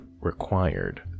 required